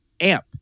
AMP